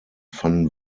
fanden